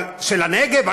אבל של הנגב?